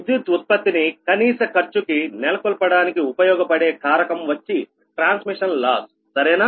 విద్యుత్ ఉత్పత్తిని కనీస ఖర్చుకి నెలకొల్పడానికి ఉపయోగపడే కారకం వచ్చి ట్రాన్స్మిషన్ లాస్ సరేనా